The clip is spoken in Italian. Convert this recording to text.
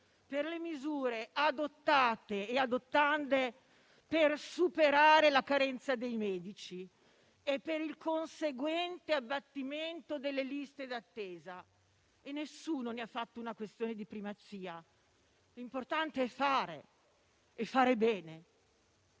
per le misure adottate e adottande per superare la carenza dei medici e per il conseguente abbattimento delle liste di attesa. Nessuno ne ha fatto una questione di primazia; l'importante è fare e fare bene.